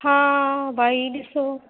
हा भाई ॾिसो